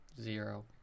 Zero